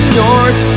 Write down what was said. north